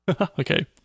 Okay